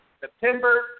September